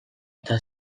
eta